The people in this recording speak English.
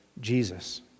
Jesus